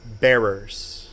bearers